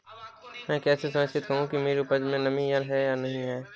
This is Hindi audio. मैं कैसे सुनिश्चित करूँ कि मेरी उपज में नमी है या नहीं है?